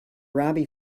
robbie